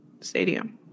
stadium